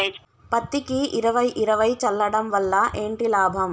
పత్తికి ఇరవై ఇరవై చల్లడం వల్ల ఏంటి లాభం?